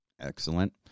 Excellent